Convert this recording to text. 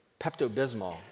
pepto-bismol